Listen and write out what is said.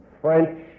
French